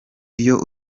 iyo